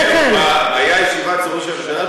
הייתה ישיבה אצל ראש הממשלה,